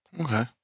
Okay